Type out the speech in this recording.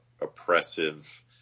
oppressive